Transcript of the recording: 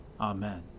Amen